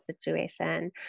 situation